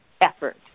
effort